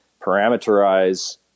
parameterize